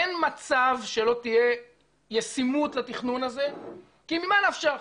אין מצב שלא תהיה ישימות לתכנון הזה, כי ממה נפשך?